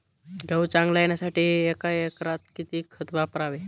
गहू चांगला येण्यासाठी एका एकरात किती खत वापरावे?